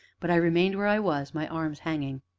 but i remained where i was, my arms hanging.